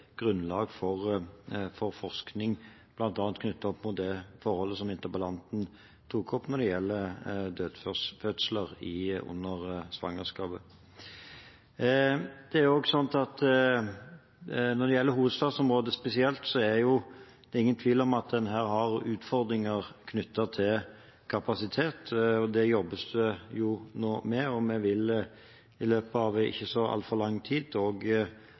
grunnlag for forskning, bl.a. knyttet opp mot det forholdet som interpellanten tok opp når det gjelder dødfødsel under svangerskapet. Når det gjelder hovedstadsområdet spesielt, er det ingen tvil om at en her har utfordringer knyttet til kapasitet. Det jobbes det nå med, og vi vil i løpet av ikke så altfor lang tid også avklare hva som skal være utviklingen av sykehustilbudet i Oslo og